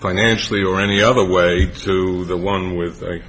financially or any other way to the one with